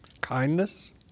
kindness